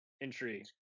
entry